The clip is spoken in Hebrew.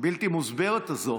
הבלתי-מוסברת הזו,